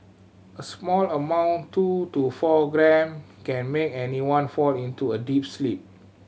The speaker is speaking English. a small amount two to four gram can make anyone fall into a deep sleep